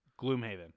gloomhaven